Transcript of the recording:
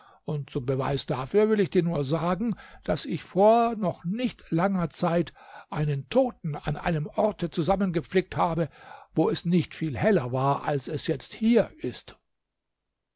und zum beweis dafür will ich dir nur sagen daß ich vor noch nicht langer zeit einen toten an einem orte zusammengeflickt habe wo es nicht viel heller war als es jetzt hier ist